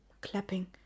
clapping